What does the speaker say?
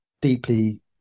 deeply